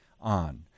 on